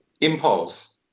impulse